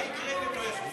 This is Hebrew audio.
מה יקרה אם הם לא יפתחו?